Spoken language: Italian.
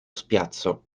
spiazzo